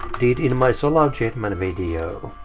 did in my solar jetman video.